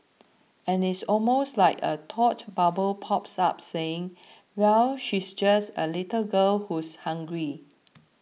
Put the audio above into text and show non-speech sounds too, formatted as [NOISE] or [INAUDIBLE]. and it's almost like a thought bubble pops up saying well she's just a little girl who's hungry [NOISE]